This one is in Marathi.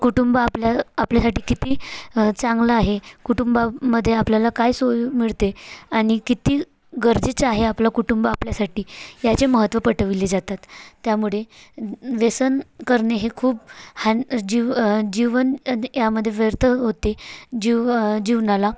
कुटुंब आपल्या आपल्यासाठी किती चांगलं आहे कुटुंबामध्ये आपल्याला काय सोय मिळते आणि किती गरजेचं आहे आपलं कुटुंब आपल्यासाठी याचे महत्त्व पटविले जातात त्यामुळे व्यसन करणे हे खूप हान जीव जीवन यामध्ये व्यर्थ होते जीव जीवनाला